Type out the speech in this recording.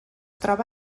troba